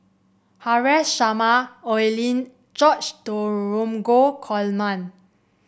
Haresh Sharma Oi Lin George Dromgold Coleman